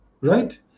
Right